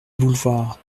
boulevard